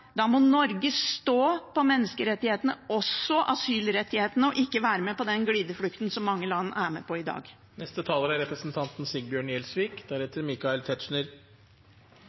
Da må Norge stå på menneskerettighetene – også asylrettighetene – og ikke være med på den glideflukten som mange land er med på i dag.